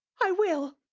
i will!